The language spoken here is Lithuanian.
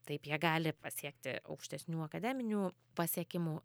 taip jie gali pasiekti aukštesnių akademinių pasiekimų